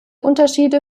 unterschiede